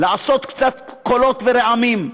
לעשות קצת קולות ורעמים,